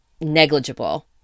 negligible